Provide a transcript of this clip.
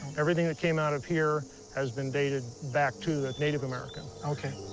everything that came out of here has been dated back to native america. okay.